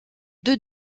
deux